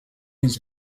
his